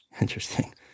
Interesting